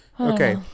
Okay